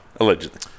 allegedly